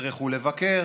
יטרחו לבקר,